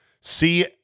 See